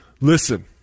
Listen